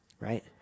Right